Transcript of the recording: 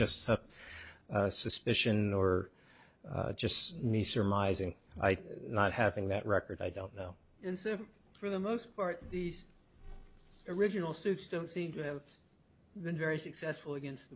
just a suspicion or just me surmising not having that record i don't know for the most part these original suits don't seem to have been very successful against